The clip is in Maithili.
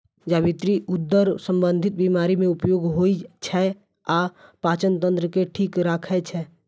जावित्री उदर संबंधी बीमारी मे उपयोग होइ छै आ पाचन तंत्र के ठीक राखै छै